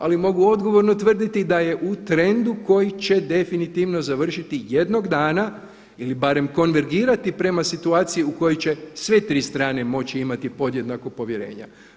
Ali mogu odgovorno tvrditi da je u trendu koji će definitivno završiti jednog dana ili barem konvergirati prema situaciji u kojoj će sve tri strane moći imati podjednako povjerenja.